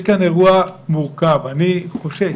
יש כאן אירוע מורכב, אני חושש